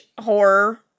horror